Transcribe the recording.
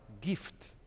gift